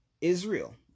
Israel